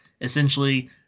essentially